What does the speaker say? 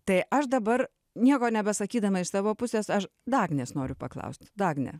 tai aš dabar nieko nebesakydama iš savo pusės aš dagnės noriu paklausti dagne